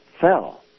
fell